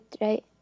right